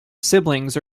siblings